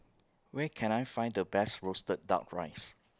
Where Can I Find The Best Roasted Duck Rice